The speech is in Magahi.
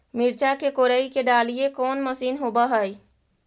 मिरचा के कोड़ई के डालीय कोन मशीन होबहय?